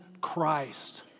Christ